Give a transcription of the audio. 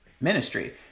ministry